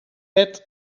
bed